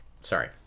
Sorry